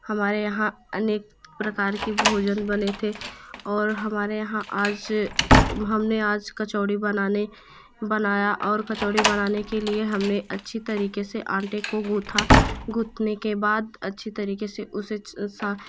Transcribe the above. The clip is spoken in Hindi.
हमारे यहाँ अनेक प्रकार के भोजन बने थे और हमारे यहाँ आज हमने आज कचौड़ी बनाने बनाया और कचौड़ी बनाने के लिए हमने अच्छी तरीके से आटे को गुथा गुथने के बाद अच्छी तरीके उसे सा